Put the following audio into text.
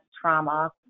trauma